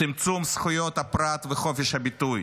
צמצום זכויות הפרט וחופש הביטוי.